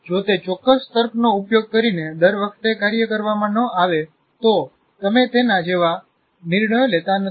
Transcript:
જો તે ચોક્કસ તર્કનો ઉપયોગ કરીને દર વખતે કાર્ય કરવામાં ન આવે તો તમે તેના જેવા નિર્ણયો લેતા નથી